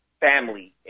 family